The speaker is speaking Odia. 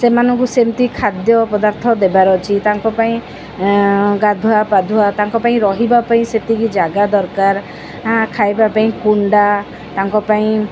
ସେମାନଙ୍କୁ ସେମିତି ଖାଦ୍ୟ ପଦାର୍ଥ ଦେବାର ଅଛି ତାଙ୍କ ପାଇଁ ଗାଧୁଆ ପାଧୁଆ ତାଙ୍କ ପାଇଁ ରହିବା ପାଇଁ ସେତିକି ଜାଗା ଦରକାର ଖାଇବା ପାଇଁ କୁଣ୍ଡା ତାଙ୍କ ପାଇଁ